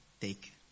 take